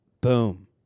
Boom